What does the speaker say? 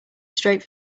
straight